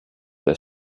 des